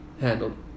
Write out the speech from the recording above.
handled